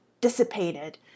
dissipated